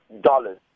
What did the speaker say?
dollars